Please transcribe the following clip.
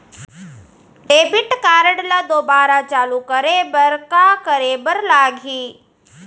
Debit card ला दोबारा चालू करे बर का करे बर लागही?